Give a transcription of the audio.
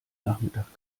nachmittag